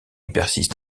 persiste